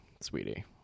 sweetie